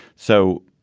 so,